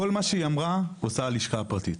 את כל מה שהיא עושה הלשכה הפרטית.